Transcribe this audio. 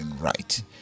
right